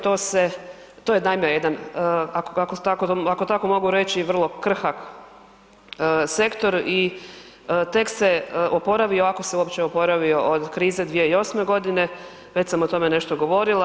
To se, to je naime jedan ako tako mogu vrlo krhak sektor i tek se oporavio, ako se uopće oporavio od krize 2008. godine, već sam o tome nešto govorila.